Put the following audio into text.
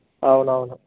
అవునవును